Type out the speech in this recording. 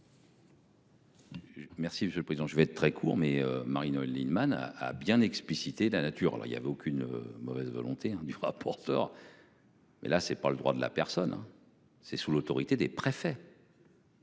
monsieur le président. Je vais être très court mais Marie-Noëlle Lienemann a bien explicité la nature, alors il y avait aucune mauvaise volonté du froid porteur. Mais là c'est pas le droit de la personne. C'est sous l'autorité des préfets.